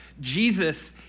Jesus